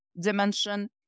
dimension